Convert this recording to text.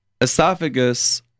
esophagus